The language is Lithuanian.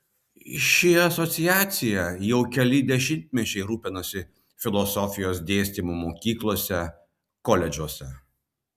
ši asociacija jau keli dešimtmečiai rūpinasi filosofijos dėstymu mokyklose koledžuose